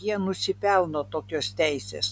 jie nusipelno tokios teisės